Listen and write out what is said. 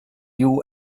you